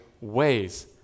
ways